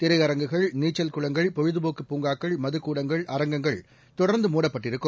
திரையரங்குகள் நீச்சல் குளங்கள் பொழுதுபோக்கு பூங்காக்கள் மதுக்கூடங்கள் அரங்கங்கள் தொடர்ந்து மூடப்பட்டிருக்கும்